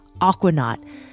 Aquanaut